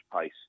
pace